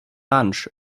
lunch